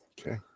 Okay